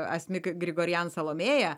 asmik grigorian salomėja